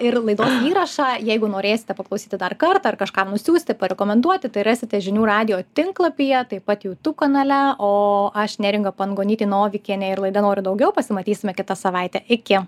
ir laidos įrašą jeigu norėsite paklausyti dar kartą ar kažkam nusiųsti parekomenduoti tai rasite žinių radijo tinklapyje taip pat jutub kanale o aš neringa pangonytė novikienė ir laida noriu daugiau pasimatysime kitą savaitę iki